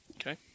Okay